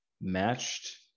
matched